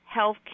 healthcare